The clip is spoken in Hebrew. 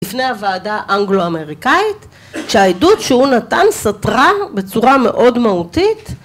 לפני הוועדה אנגלו אמריקאית שהעדות שהוא נתן סתרה בצורה מאוד מהותית